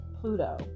Pluto